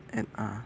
ᱮᱫᱟ